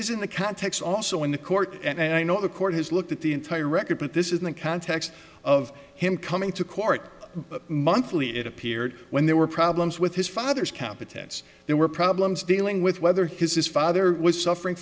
in the context also in the court and i know the court has looked at the entire record but this is in the context of him coming to court monthly it appeared when there were problems with his father's competence there were problems dealing with whether his father was suffering